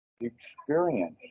experience